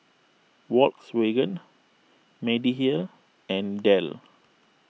Volkswagen Mediheal and Dell